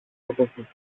έπεσε